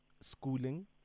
schooling